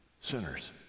sinners